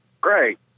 Great